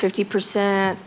fifty percent